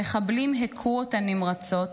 המחבלים הכו אותה נמרצות,